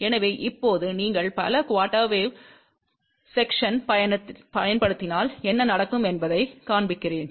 எனவே இப்போது நீங்கள் பல குஆர்டெர் வேவ் ஸெக்ஸன்களைப் பயன்படுத்தினால் என்ன நடக்கும் என்பதைக் காண்பிக்கிறேன்